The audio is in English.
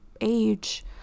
age